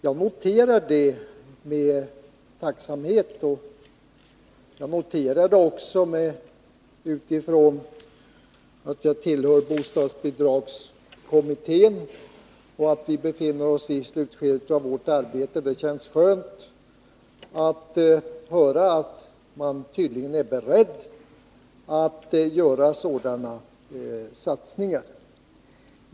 Jag noterar det med tacksamhet. Jag noterar det också med tanke på att jag tillhör bostadsbidragskommittén. Vi befinner oss i slutskedet av vårt arbete. Det känns skönt att höra att man tydligen är beredd att göra sådana här satsningar.